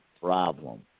problem